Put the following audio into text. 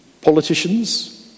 Politicians